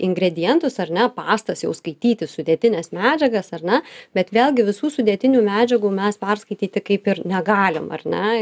ingredientus ar ne pastose jau skaityti sudėtines medžiagas ar ne bet vėlgi visų sudėtinių medžiagų mes perskaityti kaip ir negalim ar ne